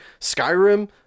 Skyrim